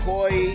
Koi